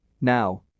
Now